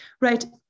right